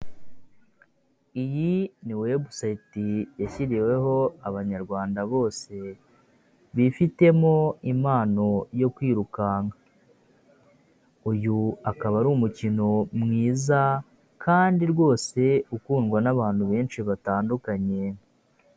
Iyi ni webusayiti yashyiriweho abanyarwanda bose bifitemo impano yo kwirukanka uyu akaba ari umukino mwiza kandi rwose ukundwa n'abantu benshi batandukanye.